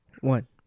one